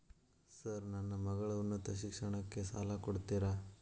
Sir ನನ್ನ ಮಗಳ ಉನ್ನತ ಶಿಕ್ಷಣಕ್ಕೆ ಸಾಲ ಕೊಡುತ್ತೇರಾ?